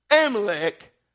Amalek